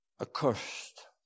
accursed